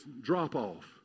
drop-off